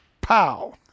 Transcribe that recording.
pow